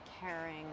caring